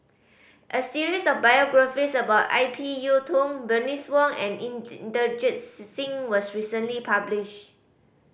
a series of biographies about I P Yiu Tung Bernice Wong and Inderjit Singh was recently published